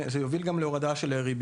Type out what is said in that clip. היא שזה יוביל גם להורדה של ריביות.